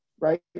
right